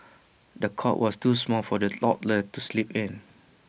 the cot was too small for the toddler to sleep in